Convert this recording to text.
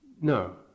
no